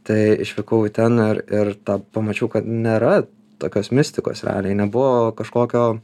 tai išvykau į ten ir ir tą pamačiau kad nėra tokios mistikos realiai nebuvo kažkokio